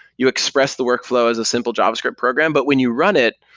you express the workflow as a simple javascript program, but when you run it,